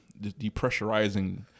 depressurizing